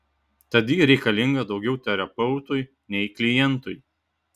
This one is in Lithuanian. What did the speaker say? tad ji reikalinga daugiau terapeutui nei klientui